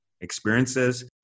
experiences